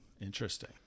interesting